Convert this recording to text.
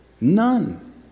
None